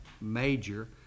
major